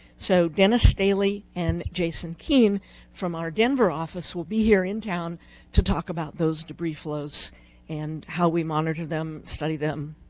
so dennis staley and jason kean from our denver office will be here in town to talk about those debris flows and how we monitor them, study them,